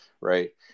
Right